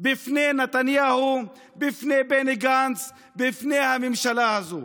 בפני נתניהו, בפני בני גנץ, בפני הממשלה הזאת.